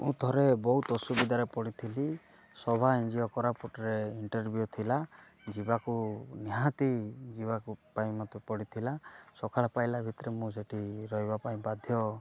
ମୁଁ ଥରେ ବହୁତ ଅସୁବିଧାରେ ପଡ଼ିଥିଲି ସଭା ଏନ୍ ଜି ଓ କୋରାପୁଟରେ ଇଣ୍ଟର୍ଭ୍ୟୁ ଥିଲା ଯିବାକୁ ପାଇଁ ମୋତେ ପଡ଼ିଥିଲା ସକାଳ ପାଇଲା ଭିତରେ ମୁଁ ସେଠି ରହିବା ପାଇଁ ବାଧ୍ୟ